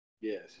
Yes